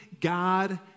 God